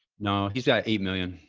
no, he's got eight million,